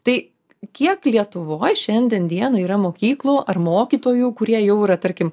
tai kiek lietuvoj šiandien dienai yra mokyklų ar mokytojų kurie jau yra tarkim